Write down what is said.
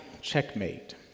Checkmate